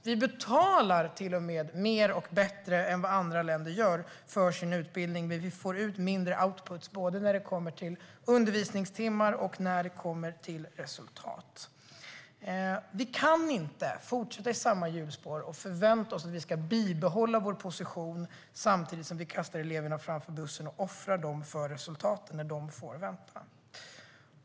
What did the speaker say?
Vi betalar till och med mer och bättre än vad andra länder gör för sin utbildning, men vi får ut mindre output när det gäller både undervisningstimmar och resultat. Vi kan inte fortsätta i samma hjulspår och förvänta oss att vi ska bibehålla vår position samtidigt som vi kastar eleverna framför bussen och offrar dem för resultaten när de får vänta.